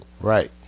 Right